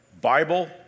Bible